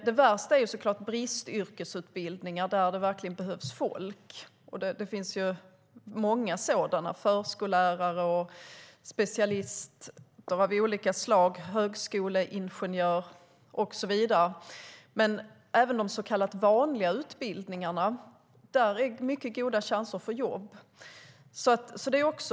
Det värsta är såklart platsbristen på bristyrkesutbildningar till yrken där det verkligen behövs folk. Det finns ju många sådana, förskollärare, specialister av olika slag, högskoleingenjörer och så vidare. Men även efter de så kallade vanliga utbildningarna är det mycket goda chanser att få jobb.